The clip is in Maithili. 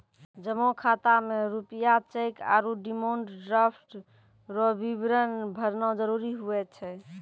जमा खाता मे रूपया चैक आरू डिमांड ड्राफ्ट रो विवरण भरना जरूरी हुए छै